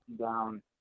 down